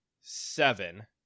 seven